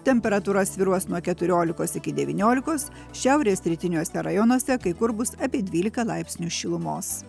temperatūra svyruos nuo keturiolikos iki devyniolikos šiaurės rytiniuose rajonuose kai kur bus apie dvylika laipsnių šilumos